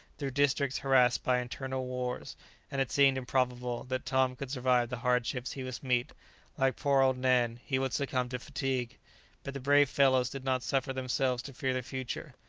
through districts harassed by internal wars and it seemed improbable that tom could survive the hardships he must meet like poor old nan, he would succumb to fatigue but the brave fellows did not suffer themselves to fear the future,